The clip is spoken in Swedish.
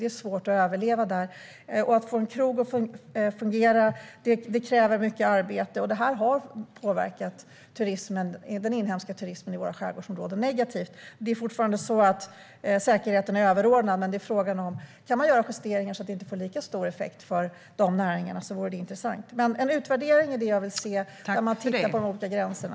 Det är svårt att överleva där. Att få en krog att fungera kräver mycket arbete. Detta har påverkat den inhemska turismen i våra skärgårdsområden negativt. Det är fortfarande så att säkerheten är överordnad, men frågan är om man kan göra justeringar, så att lagen inte får lika stor effekt för de näringarna. Det vore intressant. Jag vill se en utvärdering där man tittar på de olika gränserna.